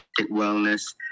wellness